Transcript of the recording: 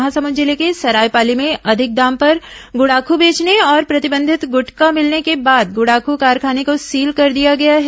महासमुंद जिले के सरायपाली में अधिक दाम पर गुड़ाख़ बेचने और प्रतिबंधित गुटखा मिलने के बाद गुड़ाखू कारखाने को सील कर दिया गया है